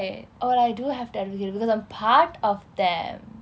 or I do have to advocate because I'm part of them